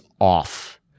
off